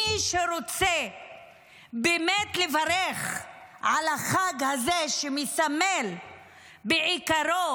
מי שרוצה באמת לברך על החג הזה, שמסמל בעיקרו